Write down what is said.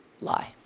lie